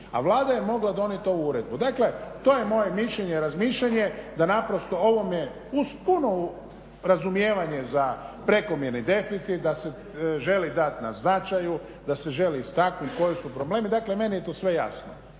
a Vlada je mogla donijeti ovu uredbu. Dakle, to je moje razmišljanje i mišljenje da naprosto ovome uz puno razumijevanje za prekomjerni deficit, da se želi dat na značaju, da se želi istaknuti koji su problemi. Dakle meni je sve tu jasno,